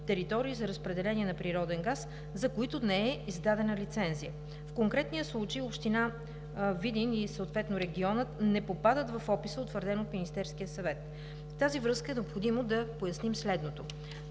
територии за разпределение на природен газ, за които не е издадена лицензия. В конкретния случай община Видин и регионът не попадат в описа, утвърден от Министерския съвет. В тази връзка е необходимо да поясним следното: